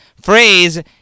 phrase